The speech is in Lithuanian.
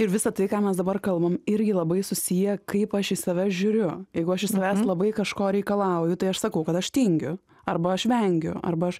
ir visa tai ką mes dabar kalbam irgi labai susiję kaip aš į save žiūriu jeigu aš iš savęs labai kažko reikalauju tai aš sakau kad aš tingiu arba aš vengiu arba aš